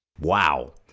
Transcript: Wow